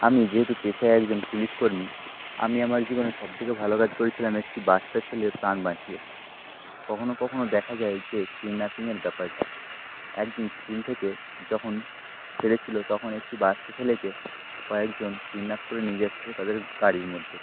আমি যেহেতু পেশায় একজন পুলিশকর্মী আমি আমার জীবনে সবথেকে ভালো কাজ করেছিলাম একটি বাচ্চা ছেলের প্রাণ বাঁচিয়ে কখনও কখনও দেখা যায় যে কিডন্যাপিংয়ের ব্যাপারটা একদিন স্কুল থেকে যখন ছেড়েছিল তখন একটি বাচ্চা ছেলেকে কয়েকজন কিডন্যাপ করে নিয়ে যাচ্ছিল তাদের গাড়ির মধ্যে